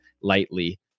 lightly